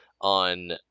on